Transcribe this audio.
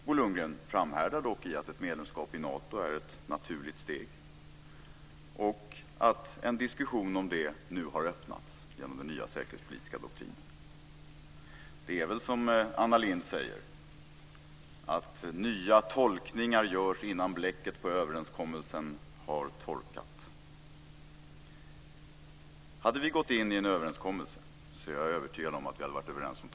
Bo Lundgren framhärdar dock i att ett medlemskap i Nato är ett naturligt steg och att en diskussion om det har öppnats genom den nya säkerhetspolitiska doktrinen. Det är som Anna Lindh säger, att nya tolkningar görs innan bläcket på överenskommelsen har torkat. Om vi hade gått in i en överenskommelse hade vi varit överens om tolkningen också. Det är jag övertygad om.